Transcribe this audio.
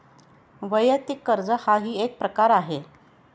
वैयक्तिक कर्ज हाही एक प्रकार आहे